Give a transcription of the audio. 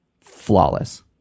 Flawless